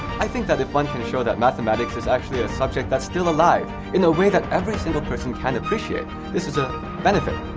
i think that if one can show that mathematics is actually a subject that's still alive in a way that every single person can appreciate, this is a benefit.